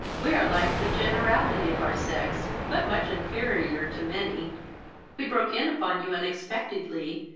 we are like the generality of our sex, but much inferior to many we broke in upon you unexpectedly,